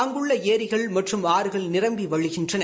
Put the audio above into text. அங்குள்ள் ஏரிகள் மற்றும் ஆறுகள் நிரம்பி வழிகின்றன